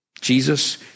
Jesus